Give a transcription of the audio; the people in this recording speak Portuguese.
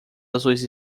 azuis